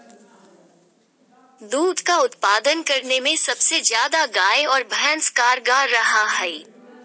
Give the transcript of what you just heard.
दूध के उत्पादन करे में सबसे ज्यादा गाय आरो भैंस कारगार रहा हइ